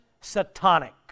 satanic